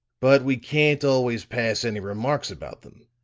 but we can't always pass any remarks about them.